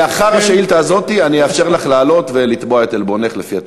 לאחר השאילתה הזאת אני אאפשר לך לעלות ולתבוע את עלבונך לפי התקנון.